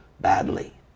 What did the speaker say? badly